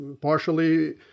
partially